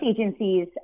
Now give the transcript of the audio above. agencies